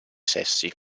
sessi